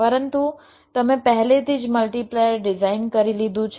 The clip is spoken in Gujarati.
પરંતુ તમે પહેલેથી જ મલ્ટીપ્લાયર ડિઝાઇન કરી લીધું છે